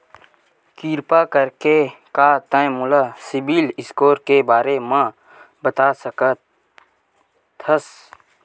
किरपा करके का तै मोला सीबिल स्कोर के बारे माँ बता सकथस?